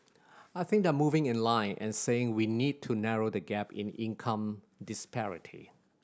I think they are moving in line and saying we need to narrow the gap in income disparity